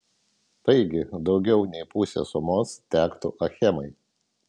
taigi daugiau nei pusė sumos tektų achemai